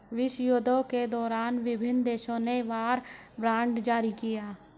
विश्वयुद्धों के दौरान विभिन्न देशों ने वॉर बॉन्ड जारी किया